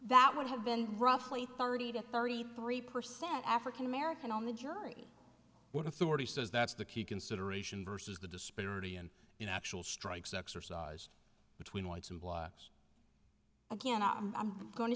that would have been roughly thirty to thirty three percent african american on the jury what authority says that's the key consideration versus the disparity in you know actual strikes exercised between whites and blacks again i'm going to